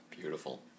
Beautiful